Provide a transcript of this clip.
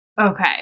Okay